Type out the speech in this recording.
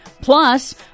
Plus